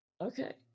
Okay